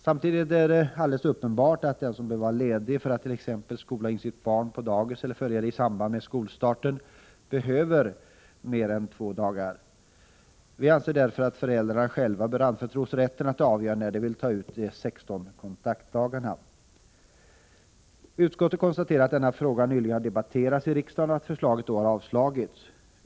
Samtidigt är det alldeles uppenbart att den som behöver vara ledig för att t.ex. skola in sitt barn på dagis eller följa det i samband med skolstarten behöver mer än två dagar. Vi anser därför att föräldrarna själva bör anförtros rätten att avgöra när de vill ta ut de 16 kontaktdagarna. Utskottet konstaterar att denna fråga nyligen har debatterats i riksdagen och att förslaget då har avslagits.